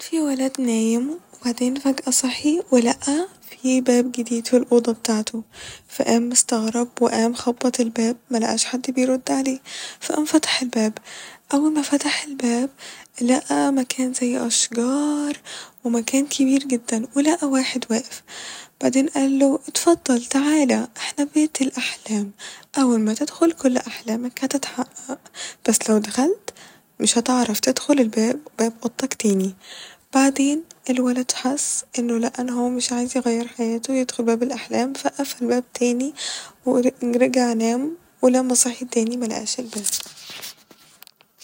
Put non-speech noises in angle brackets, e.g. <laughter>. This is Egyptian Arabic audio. كان في ولد نايم وبعدين فجأة صحي ولقى في باب جديد ف الاوضة بتاعته فقام مستغرب وقام خبط الباب ملقهاش حد بيرد عليه فقام فتح الباب أول ما فتح الباب لقى مكان زي أشجار ومكان كبير جدا ولقى واحد واقف وبعدين قاله اتفضل تعالى احنا بيت الاحلام أول ما تدخل كل أحلامك هتتحقق بس لو دخلت مش هتعرف تدخل الباب باب أوضتك تاني بعدين الولد حس إنه لقى إن هو مش عايزيغير حياته و يدخل باب الأحلام ف قفل الباب تاني و <hesitation> و رجع نام ولما صحي تاني ملقاش الباب